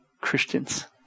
Christians